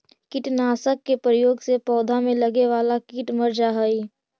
कीटनाशक के प्रयोग से पौधा में लगे वाला कीट मर जा हई